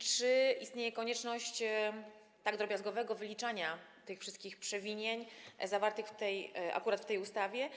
Czy istnieje konieczność tak drobiazgowego wyliczania tych wszystkich przewinień zawartych akurat w tej ustawie?